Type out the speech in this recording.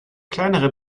kleinere